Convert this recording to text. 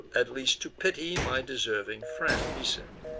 at least to pity my deserving friend. he said,